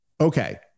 okay